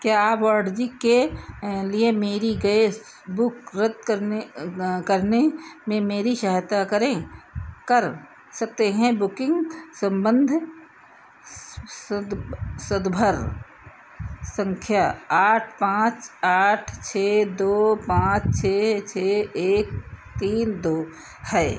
क्या वरजी के लिए मेरी गैस बुक रद्द करने करने में मेरी सहायता करें कर सकते हैं बुकिन्ग सम्बन्ध सन्दर्भ सँख्या आठ पाँच आठ छह दो पाँच छह छह एक तीन दो है